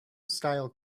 style